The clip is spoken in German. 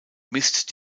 misst